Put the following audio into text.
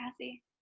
Cassie